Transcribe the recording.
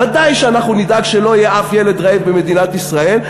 ודאי שאנחנו נדאג שלא יהיה אף ילד רעב במדינת ישראל,